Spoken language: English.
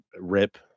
rip